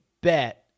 bet